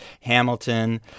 Hamilton